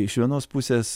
iš vienos pusės